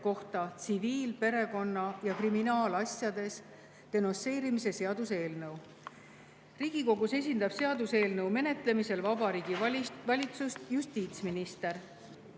kohta tsiviil‑, perekonna‑ ja kriminaalasjades denonsseerimise seaduse eelnõu. Riigikogus esindab seaduseelnõu menetlemisel Vabariigi Valitsust justiitsminister.